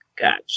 Gotcha